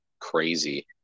crazy